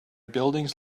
buildings